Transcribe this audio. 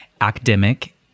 academic